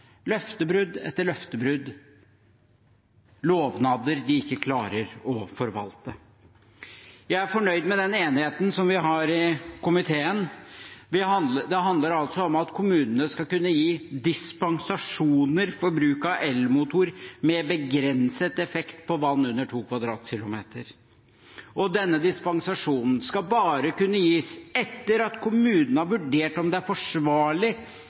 løftebrudd etter løftebrudd, lovnader de ikke klarer å forvalte. Jeg er fornøyd med den enigheten som vi har i komiteen. Det handler altså om at kommunene skal kunne gi dispensasjoner for bruk av elmotor med begrenset effekt på vann under 2 km 2 . Denne dispensasjonen skal bare kunne gis etter at kommunene har vurdert om det er forsvarlig